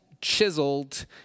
chiseled